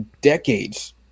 decades